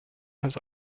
has